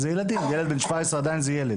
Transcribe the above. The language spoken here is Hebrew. ילד בן 17 הוא עדיין ילד,